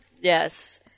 Yes